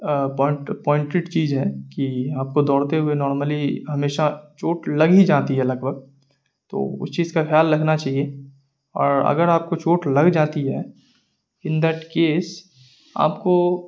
point pointed چیز ہے کہ آپ کو دوڑتے ہوئے نارملی ہمیشہ چوٹ لگ ہی جاتی ہے لگ بھگ تو اس چیز کا خیال رکھنا چاہیے اور اگر آپ کو چوٹ لگ جاتی ہے ان دیٹ کیس آپ کو